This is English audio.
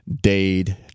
Dade